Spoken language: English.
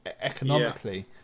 economically